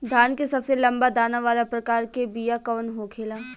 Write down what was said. धान के सबसे लंबा दाना वाला प्रकार के बीया कौन होखेला?